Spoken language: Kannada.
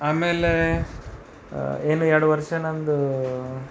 ಆಮೇಲೆ ಏನು ಎರಡು ವರ್ಷ ನಂದೂ